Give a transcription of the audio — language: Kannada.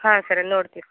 ಹಾಂ ಸರಿ ನೋಡ್ತೀವಿ